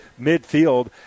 midfield